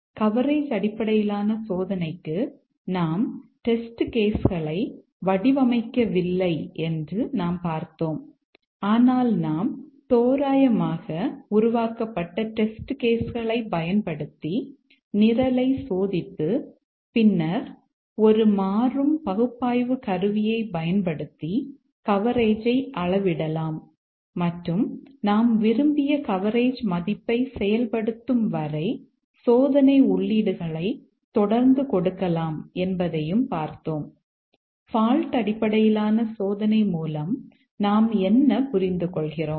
coverage அடிப்படையிலான சோதனைக்கு நாம் டெஸ்ட் கேஸ் அடிப்படையிலான சோதனை மூலம் நாம் என்ன புரிந்து கொள்கிறோம்